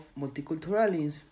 multiculturalism